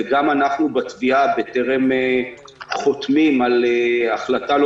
וגם אנחנו בתביעה בטרם חותמים על החלטה לא